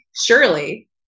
surely